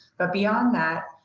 but beyond that,